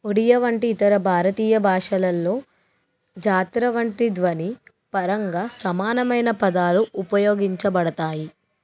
ఒడియా వంటి ఇతర భారతీయ భాషల్లో జాత్ర వంటి ధ్వని పరంగా సమానమైన పదాలు ఉపయోగించబడతాయి